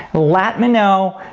ah let me know,